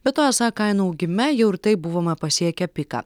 be to esą kainų augime jau ir taip buvome pasiekę piką